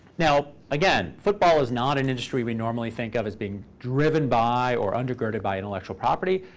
now again, football is not an industry we normally think of as being driven by or undergirded by intellectual property.